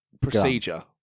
procedure